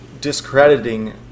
discrediting